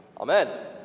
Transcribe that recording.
Amen